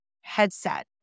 headset